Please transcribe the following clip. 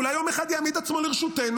אולי יום אחד יעמיד עצמו לרשותנו,